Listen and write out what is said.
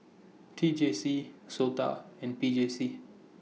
T J C Sota and P J C